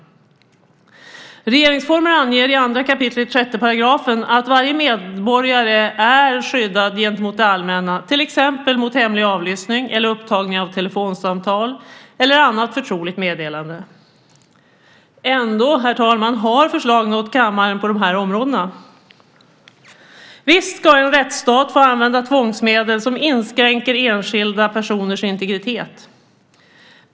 Regeringsformen anger i 2 kap. 6 § att varje medborgare är skyddad gentemot det allmänna, till exempel mot hemlig avlyssning, upptagning av telefonsamtal eller annat förtroligt meddelande. Ändå, herr talman, har förslagen nått kammaren på de här områdena. Visst ska en rättsstat få använda tvångsmedel som inskränker enskilda personers integritet.